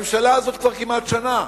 הממשלה הזאת כבר כמעט שנה,